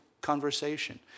conversation